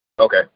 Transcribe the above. Okay